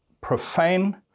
profane